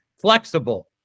flexible